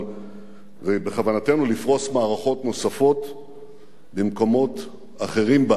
ובכוונתנו לפרוס מערכות נוספות במקומות אחרים בארץ,